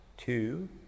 Two